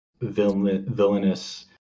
villainous